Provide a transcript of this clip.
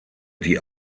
die